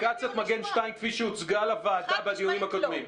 אפליקציית מגן 2 כפי שהוצגה לוועדה בדיונים הקודמים.